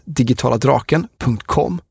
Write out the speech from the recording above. digitaladraken.com